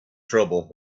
trouble